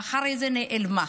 ואחרי זה נעלמה.